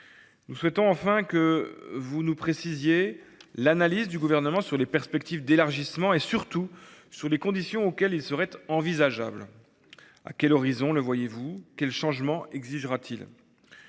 Nous souhaitons, enfin, que vous nous précisiez l’analyse du Gouvernement sur les perspectives d’élargissement et, surtout, sur les conditions auxquelles cet élargissement serait envisageable. À quel horizon le voyez-vous ? Quels changements exigera-t-il ?